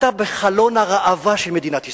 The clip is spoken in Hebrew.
אתה חלון הראווה של מדינת ישראל,